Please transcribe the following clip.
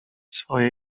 swoje